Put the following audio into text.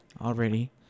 already